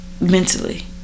Mentally